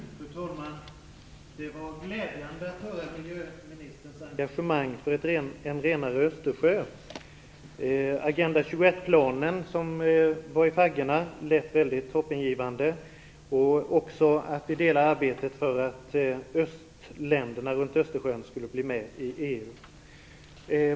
Fru talman! Det var glädjande att höra miljöministerns engagemang för en renare Östersjö. Den Agenda 21-plan som var i faggorna lät mycket hoppingivande liksom att vi delar arbetet för att östländerna runt Östersjön skall bli med i EU.